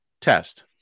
test